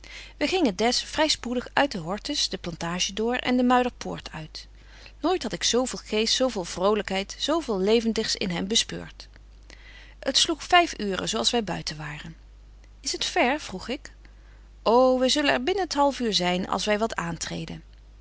wy gingen des vry spoedig uit den hortus de plantage door en de muider poort uit nooit had ik zo veel geest zo veel vrolykheid zo veel levendigs in hem bespeurt t sloeg vyf uuren zo als wy buiten waren is t ver vroeg betje wolff en aagje deken historie van mejuffrouw sara burgerhart ik ô wy zullen er binnen t half uur zyn als wy wat aantreden